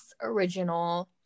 original